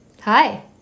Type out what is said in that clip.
Hi